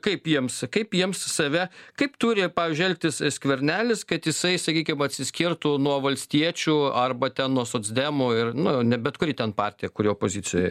kaip jiems kaip jiems save kaip turi pavyzdžiui elgtis skvernelis kad jisai sakykim atsiskirtų nuo valstiečių arba ten nuo socdemų ir nu ne bet kuri ten partija kuri opozicijoj